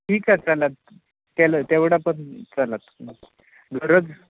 ठीकाय चलात केलं तेवढा पन चालत गरज